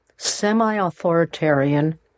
semi-authoritarian